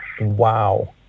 Wow